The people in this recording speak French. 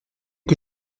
que